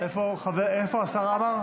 איפה השר עמאר?